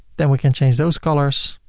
then we can change those colors